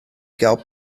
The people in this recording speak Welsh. gael